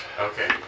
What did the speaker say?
Okay